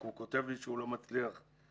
רק הוא כותב לי שהוא לא מצליח לשמוע.